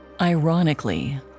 Ironically